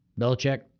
Belichick